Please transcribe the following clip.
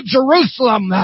Jerusalem